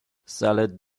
salad